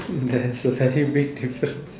there's a very big difference